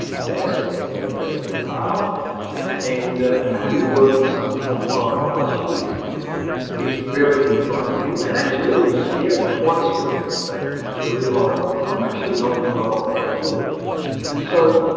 my assets have been effectively halved and you know having worked for some twenty five plus years it's very confronting and and actually a little scary quite scary in fact to realize i'm actually not as well off as i thought and so